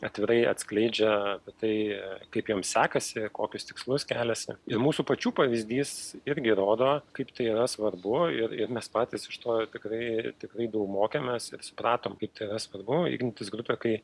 atvirai atskleidžia apie tai kaip jiems sekasi kokius tikslus keliasi ir mūsų pačių pavyzdys irgi rodo kaip tai yra svarbu ir mes patys iš to tikrai tikrai daug mokėmės ir supratom kaip tai yra svarbu ignitis grupė kai